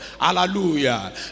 Hallelujah